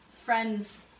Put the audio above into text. friends